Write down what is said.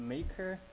Maker